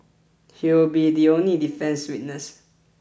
he will be the only defence witness